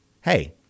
hey